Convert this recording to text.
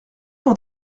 t’en